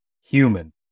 Human